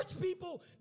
people